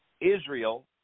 Israel